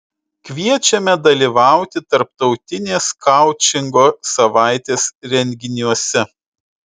kviečiame dalyvauti tarptautinės koučingo savaitės renginiuose